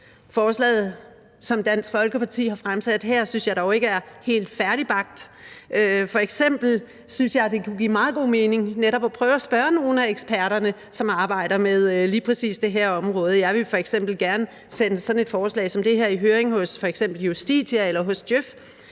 Forslaget, som Dansk Folkeparti har fremsat her, synes jeg dog ikke er helt færdigbagt. F.eks. synes jeg, det kunne give meget god mening netop at prøve at spørge nogle af eksperterne, som arbejder med lige præcis det her område. Jeg ville gerne sende sådan et forslag som det her i høring hos f.eks. Justitia eller Djøf,